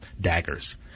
daggers